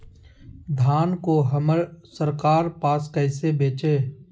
धान को हम सरकार के पास कैसे बेंचे?